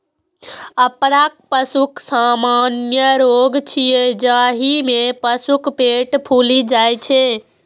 अफरा पशुक सामान्य रोग छियै, जाहि मे पशुक पेट फूलि जाइ छै